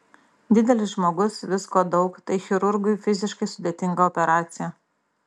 didelis žmogus visko daug tai chirurgui fiziškai sudėtinga operacija